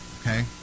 Okay